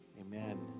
amen